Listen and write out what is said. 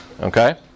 Okay